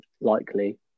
likely